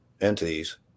Entities